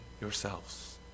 yourselves